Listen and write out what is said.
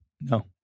No